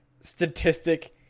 statistic